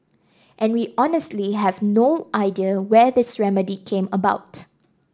and we honestly have no idea where this remedy came about